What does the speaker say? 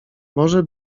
może